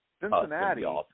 Cincinnati